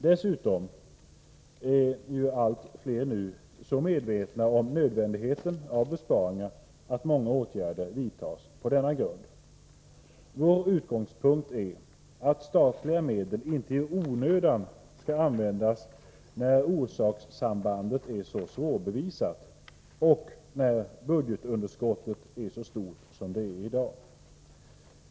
Dessutom är allt fler nu så medvetna om nödvändigheten av besparingar att många åtgärder vidtas på denna grund. Vår utgångspunkt är att statliga medel inte i onödan skall användas när orsakssambandet är så svårbevisat som här och när budgetunderskottet är så stort som i dag.